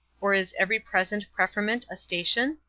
or is every present preferment a station?